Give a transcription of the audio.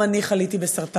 גם אני חליתי בסרטן.